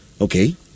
Okay